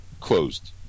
closed